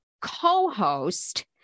co-host